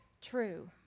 true